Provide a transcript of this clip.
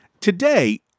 Today